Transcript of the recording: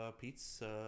pizza